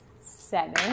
Seven